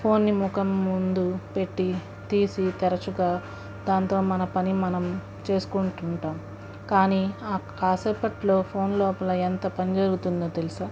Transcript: ఫోన్ని ముఖం ముందు పెట్టి తీసి తరచుగా దాంతో మన పని మనం చేసుకుంటుఉంటాం కానీ ఆ కాసేపట్లో ఫోన్ లోపల ఎంత పని జరుగుతుందో తెలుసా